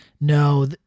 No